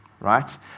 right